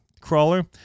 crawler